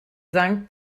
sankt